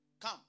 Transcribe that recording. Come